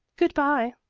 good-bye.